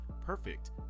Perfect